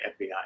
FBI